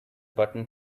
button